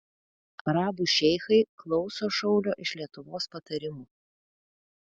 arabų šeichai klauso šaulio iš lietuvos patarimų